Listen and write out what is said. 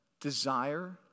Desire